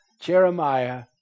Jeremiah